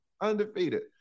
Undefeated